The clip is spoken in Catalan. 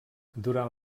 durant